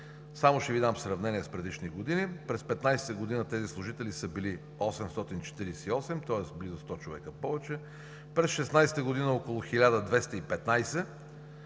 Само ще Ви дам сравнение с предишни години. През 2015 г. тези служители са били 848, тоест близо 100 човека повече. През 2016 г. – около 1215,